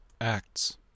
Acts